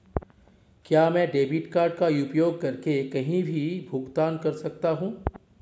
क्या मैं debit card का उपयोग करके कहीं भी भुगतान कर सकता हूं?